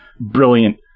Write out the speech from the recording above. brilliant